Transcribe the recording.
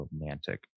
romantic